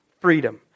freedom